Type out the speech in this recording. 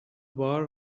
بار